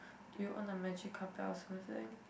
do you on the magic carpet or something